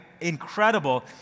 Incredible